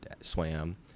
swam